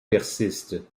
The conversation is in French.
persiste